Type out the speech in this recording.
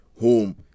home